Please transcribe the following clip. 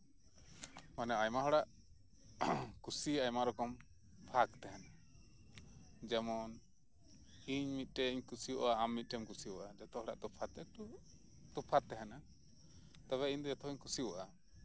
ᱦᱮᱸ ᱟᱭᱢᱟ ᱦᱚᱲᱟᱜ ᱠᱩᱥᱤ ᱟᱭᱢᱟ ᱨᱚᱠᱚᱢ ᱵᱷᱟᱜᱽ ᱛᱟᱦᱮᱱᱟ ᱡᱮᱢᱚᱱ ᱤᱧ ᱢᱤᱫᱴᱮᱱ ᱤᱧ ᱠᱩᱥᱤᱣᱟᱜᱼᱟ ᱟᱢ ᱢᱤᱫᱴᱮᱡ ᱮᱢ ᱠᱩᱥᱤᱣᱟᱜᱼᱟ ᱡᱷᱚᱛᱚ ᱦᱚᱲᱟᱜ ᱮᱠᱴᱩ ᱛᱚᱯᱷᱟᱛ ᱛᱟᱦᱮᱱᱟ ᱛᱟᱵᱮ ᱤᱧ ᱫᱚ ᱡᱷᱚᱛᱚᱜᱤᱧ ᱠᱩᱥᱤᱣᱟᱜᱼᱟ